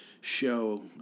show